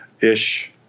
ish